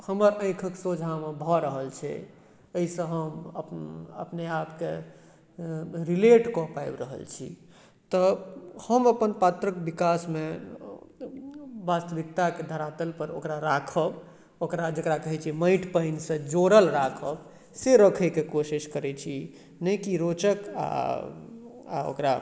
हमर आँखिक सोझाँमे भऽ रहल छै एहिसँ हम अपन अपने आपके रिलेट कऽ पाबि रहल छी तऽ हम अपन पात्रक विकासमे वास्तविकताके धरातलपर ओकरा जकरा कहैत छै माटि पानिसँ जोड़ल राखब से रखयके कोशिश करैत छी नहि कि रोचक आ आ ओकरा